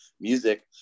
music